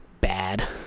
bad